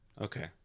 okay